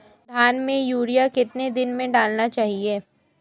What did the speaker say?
धान में यूरिया कितने दिन में डालना चाहिए?